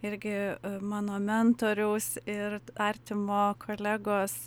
irgi mano mentoriaus ir artimo kolegos